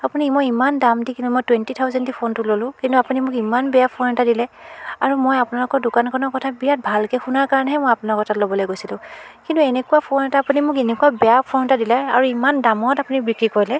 আপুনি মই ইমান দাম দি কিনিলোঁ মই টুৱেন্টী থাওজেণ্ড দি ফোনটো ল'লোঁ কিন্তু আপুনি মোক ইমান বেয়া ফোন এটা দিলে আৰু মই আপোনালোকৰ দোকান এখনৰ কথা বিৰাট ভালকৈ শুনাৰ কাৰণেহে মই আপোনালোকৰ তাত ল'বলে গৈছিলোঁ কিন্তু এনেকুৱা ফোন এটা আপুনি মোক এনেকুৱা বেয়া ফোন এটা দিলে আৰু ইমান দামত আপুনি বিক্ৰী কৰিলে